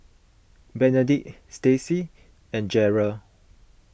Benedict Staci and Gerold